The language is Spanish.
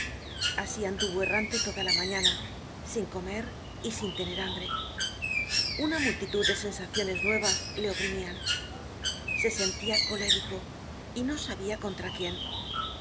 asi anduvo errante toda la mañana sin comer y sin tener hambre una multitud de sensaciones nuevas le oprimian se sentia colérico y no sabia contra quién